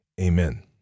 Amen